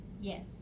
Yes